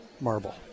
Marble